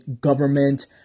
government